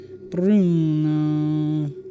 Bruno